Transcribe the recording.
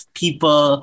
people